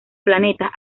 planetas